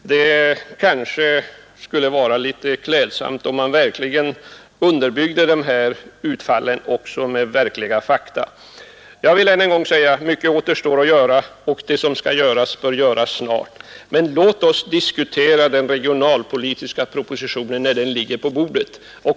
Det skulle vara klädsamt om man underbyggde utfallen med fakta. Jag vill ännu en gång säga att mycket återstår att göra och att det som skall göras bör göras snart. Men låt oss diskutera propositionen om regionalpolitiken när den ligger på bordet.